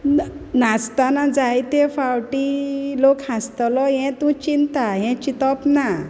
न नाचताना जायते फावटीं लोक हांसतोलो हें तूं चिंता हें चिंतोप ना